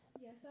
Yes